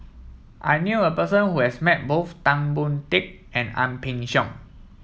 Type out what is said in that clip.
I knew a person who has met both Tan Boon Teik and Ang Peng Siong